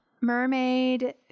Mermaid